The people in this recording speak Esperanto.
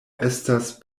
estas